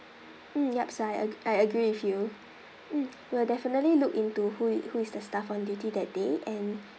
mm ya sir I I agree with you mm we'll definitely look into who who is the staff on duty that day and